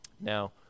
Now